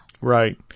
Right